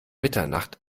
mitternacht